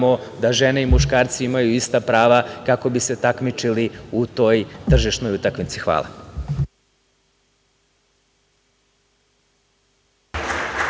gde žene i muškarci imaju ista prava kako bi se takmičili u toj tržišnoj utakmici. Hvala.